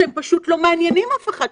שהם פשוט לא מעניינים אף אחד.